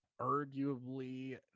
arguably